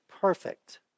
perfect